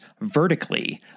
vertically